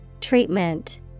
Treatment